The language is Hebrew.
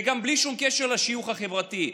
וגם בלי שום קשר לשיוך החברתי,